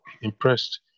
impressed